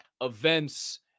events